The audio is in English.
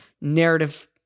narrative